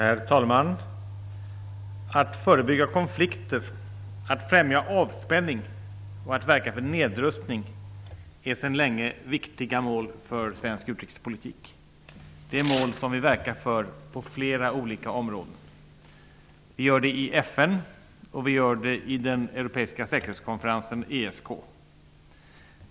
Herr talman! Att förebygga konflikter, att främja avspänning och att verka för nedrustning är sedan länge viktiga mål för svensk utrikespolitik. Det är mål som vi verkar för på flera olika områden. Vi gör det i FN och vi gör det i den europeiska säkerhetskonferensen, ESK.